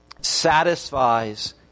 satisfies